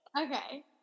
Okay